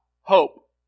hope